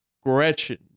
Gretchen